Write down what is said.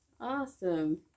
Awesome